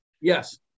Yes